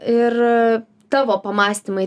ir tavo pamąstymai